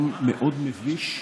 במקום מאוד מביש,